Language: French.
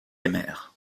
aimèrent